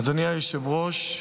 אדוני היושב-ראש,